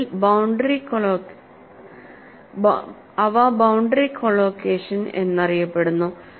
അതിൽ boundary collocation എന്നറിയപ്പെടുന്നു